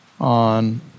on